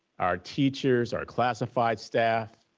our teachers, our classified staff,